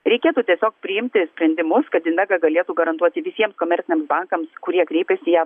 reikėtų tiesiog priimti sprendimus kad invega galėtų garantuoti visiems komerciniams bankams kurie kreipiasi į ją